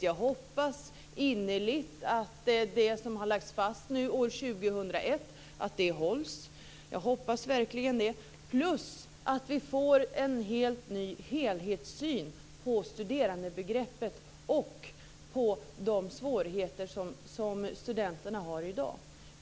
Jag hoppas innerligt att det som har lagts fast nu år 2001 hålls. Jag hoppas verkligen det. Jag hoppas också att vi får en helt ny helhetssyn på studerandebegreppet och på de svårigheter som studenterna har i dag.